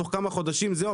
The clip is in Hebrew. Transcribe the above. תוך כמה חודשים זהו,